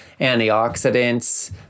antioxidants